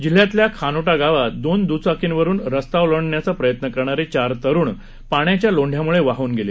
जिल्ह्यातल्या खानोटा गावात दोन दुचाकींवरून रस्ता ओलांडण्याचा प्रयत्न करणारे चार तरुण पाण्याच्या लोंढ्यामुळे वाहून गेले